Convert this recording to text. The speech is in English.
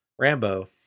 Rambo